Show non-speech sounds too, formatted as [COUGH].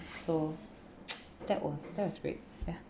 so [NOISE] that was that was great ya